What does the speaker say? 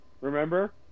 Remember